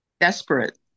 Desperate